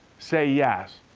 say yes.